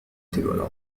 تلو